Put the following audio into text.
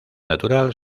natural